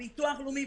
הביטוח הלאומי,